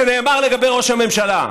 וזה נאמר לגבי ראש הממשלה.